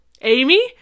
Amy